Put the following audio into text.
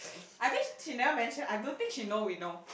I think she never mention I don't think she know we know